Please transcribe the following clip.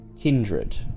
kindred